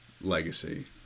legacy